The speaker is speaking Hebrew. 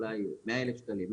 אולי 100,000 שקלים,